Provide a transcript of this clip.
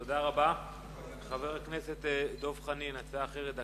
תודה רבה, חבר הכנסת דב חנין, הצעה אחרת.